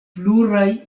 pluraj